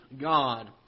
God